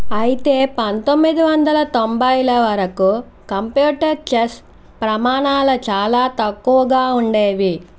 అయితే పంతొమ్మిది వందల తొంభైల వరకు కంప్యూటర్ చెస్ ప్రమాణాలు చాలా తక్కువగా ఉండేవి